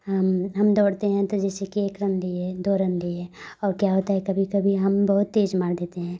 हम हम दौड़ते हैं तो जैसे कि एक रन लिए दो रन लिए और क्या होता है कभी कभी हम बहुत तेज़ मार देते हैं